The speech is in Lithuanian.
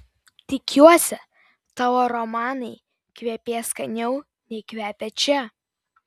tikiuosi tavo romanai kvepės skaniau nei kvepia čia